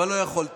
אבל לא יכולתם.